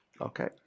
Okay